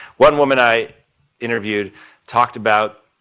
one woman i interviewed talked about